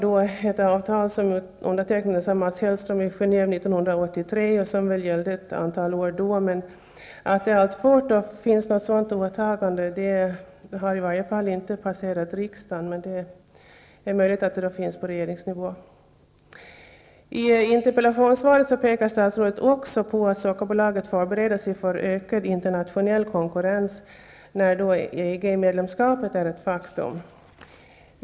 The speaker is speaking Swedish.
Det avtalet undertecknades av Mats Hellström i Genève 1983 och gällde ett antal år. Om det alltfort finns något sådant åtagande, har det i varje fall inte passerat riksdagen. Det är möjligt att det finns på regeringsnivå. I interpellationssvaret pekar statsrådet också på att Sockerbolaget förbereder sig för ökad internationell konkurrens, när EG-medlemskapet är ett faktum.